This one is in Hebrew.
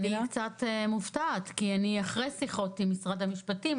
אני קצת מופתעת כי אני אחרי שיחות עם משרד המשפטים.